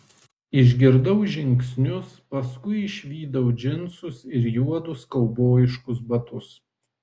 išgirdau žingsnius paskui išvydau džinsus ir juodus kaubojiškus batus